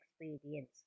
experience